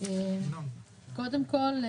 אני קודם כל מברכת,